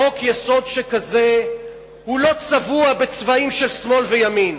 חוק-יסוד שכזה הוא לא צבוע בצבעים של שמאל וימין.